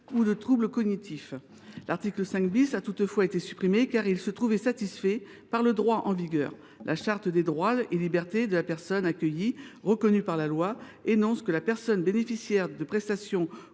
de troubles cognitifs. L’article 5 a toutefois été supprimé, car il se trouvait satisfait par le droit en vigueur. En effet, la charte des droits et des libertés de la personne accueillie en établissement, reconnue par la loi, énonce que la personne bénéficiaire de prestations